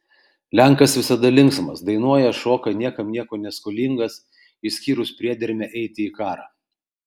lenkas visada linksmas dainuoja šoka niekam nieko neskolingas išskyrus priedermę eiti į karą